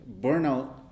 burnout